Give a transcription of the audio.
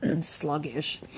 sluggish